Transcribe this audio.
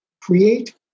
create